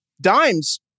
Dimes